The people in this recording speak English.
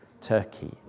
Turkey